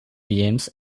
james